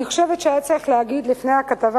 אני חושבת שהיה צריך להגיד לפני הכתבה